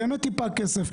באמת טיפה כסף,